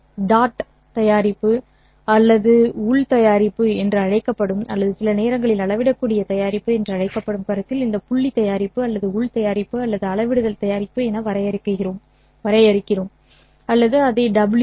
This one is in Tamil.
டாட் தயாரிப்பு அல்லது உள் தயாரிப்பு என்று அழைக்கப்படும் அல்லது சில நேரங்களில் அளவிடக்கூடிய தயாரிப்பு என்று அழைக்கப்படும் கருத்தில் இந்த புள்ளி தயாரிப்பு அல்லது உள் தயாரிப்பு அல்லது அளவிடுதல் தயாரிப்பு என வரையறுக்கிறோம் அல்லது அதை v